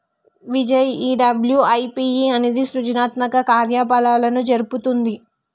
విజయ ఈ డబ్ల్యు.ఐ.పి.ఓ అనేది సృజనాత్మక కార్యకలాపాలను జరుపుతుంది